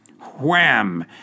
Wham